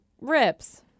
rips